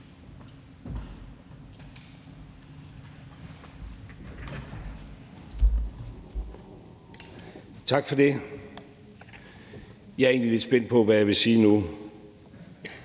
Tak for det. Jeg er egentlig lidt spændt på, hvad jeg vil sige nu,